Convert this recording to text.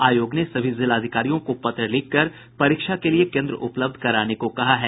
आयोग ने सभी जिलाधिकारियों को पत्र लिखकर परीक्षा के लिये केंद्र उपलब्ध कराने को कहा है